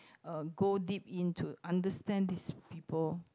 uh go deep into understand these people